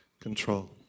control